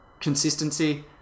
consistency